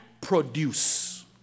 produce